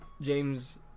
James